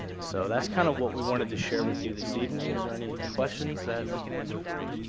so that's kind of what we wanted to share with you this evening. is there any questions that we can answer for you?